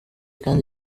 kandi